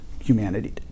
humanity